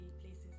places